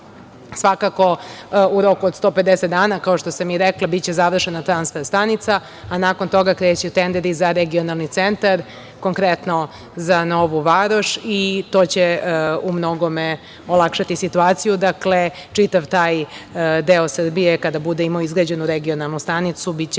kvartalu. Svakako, u roku od 150 dana, kao što sam i rekla, biće završena transfer stanica, a nakon toga kreće tender i za regionalni centar, konkretno za Novu Varoš, i to će u mnogome olakšati situaciju. Dakle, čitav taj deo Srbije, kada bude imao izgrađenu regionalnu stanicu biće